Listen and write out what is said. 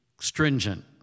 stringent